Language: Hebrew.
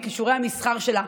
בכישורי המסחר שלה,